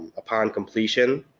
upon completion,